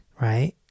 right